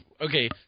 okay